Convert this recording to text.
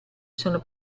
sono